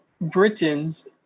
Britain's